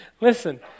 listen